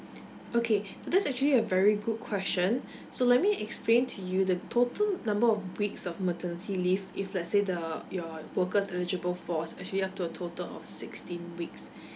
okay that's actually a very good question so let me explain to you the total number of weeks of maternity leave if let's say the your worker's eligible for is actually up to a total of sixteen weeks